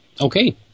Okay